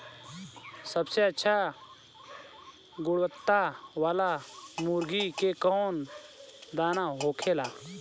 सबसे अच्छा गुणवत्ता वाला मुर्गी के कौन दाना होखेला?